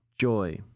joy